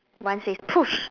one says push